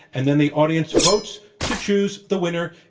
and then the audience votes to choose the winner,